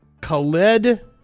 Khaled